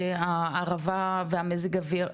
הערבה והמזג אוויר?